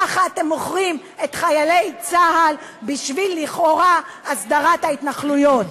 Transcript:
ככה אתם מוכרים את חיילי צה"ל בשביל לכאורה הסדרת ההתנחלויות.